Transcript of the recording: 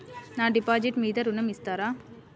నా డిపాజిట్ మీద ఋణం ఇస్తారా?